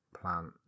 plant